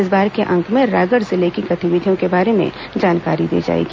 इस बार के अंक में रायगढ़ जिले की गतिविधियों के बारे में जानकारी दी जाएगी